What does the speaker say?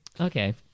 Okay